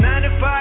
95